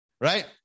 right